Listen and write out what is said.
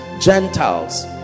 Gentiles